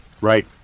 Right